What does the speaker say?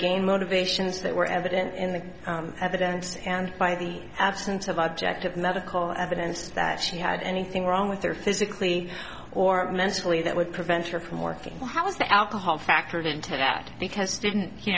gain motivations that were didn't in the evidence and by the absence of objective medical evidence that she had anything wrong with her physically or mentally that would prevent her from working or how was the alcohol factored into that because didn't you